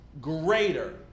greater